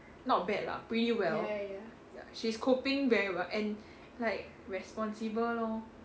not bad lah pretty well ya she's coping very well and like responsible lor